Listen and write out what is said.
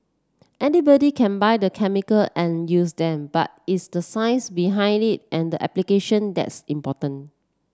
anybody can buy the chemical and use them but it's the science behind it and the application that's important